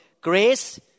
grace